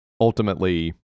ultimately